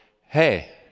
Hey